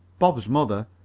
bob's mother,